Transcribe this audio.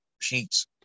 sheets